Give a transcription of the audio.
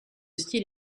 style